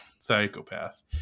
psychopath